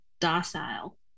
docile